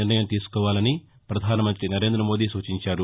నిర్ణయం తీసుకోవాలని పధాన మంగ్రి నరేంద మోదీ సూచించారు